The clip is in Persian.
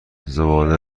زباله